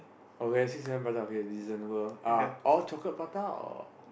okay six prata okay reasonable uh all chocolate prata or